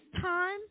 time